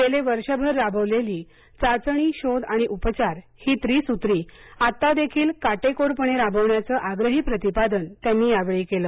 गेले वर्षभर राबवलेली चाचणी शोध आणि उपचार ही त्रिसूत्री आत्ता देखील काटेकोरपणे राबवण्याचं आग्रही प्रतिपादन त्यांनी यावेळी केलं